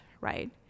right